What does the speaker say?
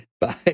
Bye